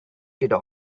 fifty